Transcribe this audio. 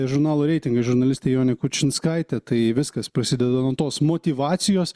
žurnalo reitingai žurnalistė jonė kučinskaitė tai viskas prasideda nuo tos motyvacijos